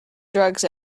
drugs